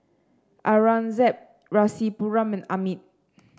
Aurangzeb Rasipuram and Amit